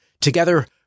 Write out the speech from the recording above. Together